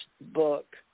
book